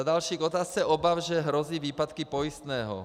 Za další, k otázce obav, že hrozí výpadky pojistného.